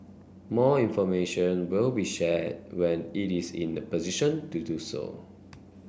more information will be shared when it is in a position to do so